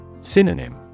Synonym